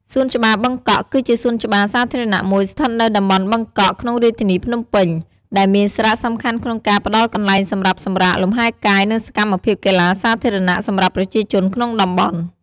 សួនច្បារបឹងកក់ គឺជាសួនច្បារសាធារណៈមួយស្ថិតនៅតំបន់បឹងកក់ ក្នុងរាជធានីភ្នំពេញ ដែលមានសារៈសំខាន់ក្នុងការផ្តល់កន្លែងសម្រាប់សម្រាក លំហែកាយ និងសកម្មភាពកីឡាសាធារណៈសម្រាប់ប្រជាជនក្នុងតំបន់។